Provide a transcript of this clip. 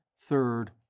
third